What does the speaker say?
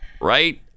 right